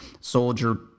soldier